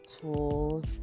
tools